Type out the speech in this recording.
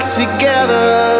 together